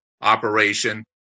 operation